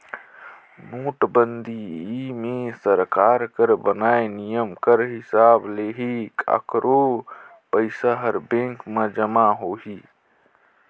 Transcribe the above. नोटबंदी मे सरकार कर बनाय नियम कर हिसाब ले ही काकरो पइसा हर बेंक में जमा होही